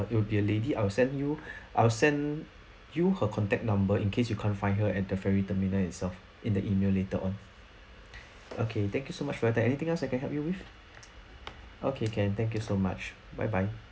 it will be a lady I will send you I'll send you her contact number in case you can't find her at the ferry terminal itself in the email later on okay thank you so much for that anything else I can help you with okay can thank you so much bye bye